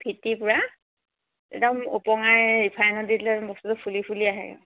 ফিটি পুৰা একদম উপঙাই ৰিফাইনত দিলে বস্তুটো ফুলি ফুলি আহে